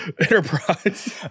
enterprise